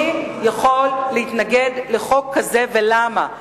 מי יכול להתנגד לחוק כזה ולמה.